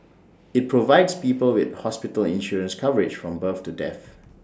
IT provides people with hospital insurance coverage from birth to death